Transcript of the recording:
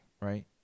right